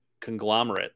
conglomerate